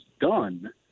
done